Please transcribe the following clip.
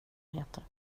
meter